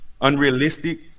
unrealistic